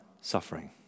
suffering